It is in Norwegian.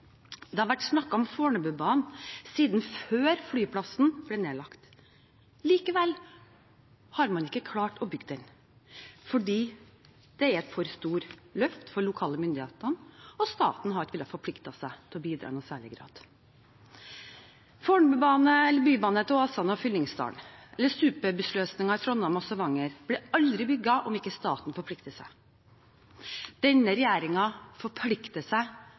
Det har vært snakket om Fornebubanen siden før flyplassen ble nedlagt. Likevel har man ikke klart å bygge den fordi det er et for stort løft for de lokale myndighetene, og staten har ikke villet forplikte seg til å bidra i noen særlig grad. Fornebubanen eller bybane til Åsane og Fyllingsdalen eller superbussløsninger i Trondheim og Stavanger blir aldri bygd om ikke staten forplikter seg. Denne regjeringen forplikter seg